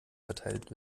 verteilt